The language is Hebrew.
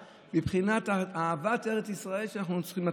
מבחינת אהבת ארץ ישראל שאנחנו צריכים לתת.